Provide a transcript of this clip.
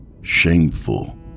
shameful